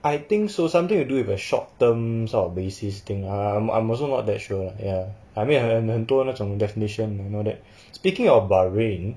I think so something to do with a short term sort of basis thing I'm I'm also not that sure ya I mean 很很多那种 definition you know that speaking of bahrain